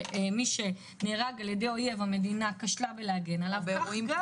בגיל אירוע פלילי.